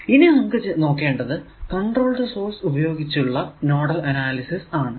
ഇനി നമുക്ക് നോക്കേണ്ടത് കൺട്രോൾഡ് സോഴ്സ് ഉപയോഗിച്ചു ഉള്ള നോഡൽ അനാലിസിസ് ആണ്